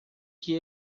que